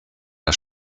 der